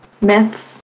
myths